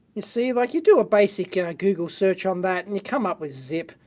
you see like, you do a basic yeah google search on that and you come up with zip.